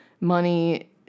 money